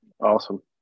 Awesome